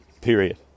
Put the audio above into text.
period